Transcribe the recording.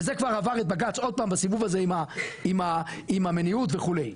וזה כבר עבר את בג"צ עוד פעם בסיבוב הזה עם המניעות וכו'.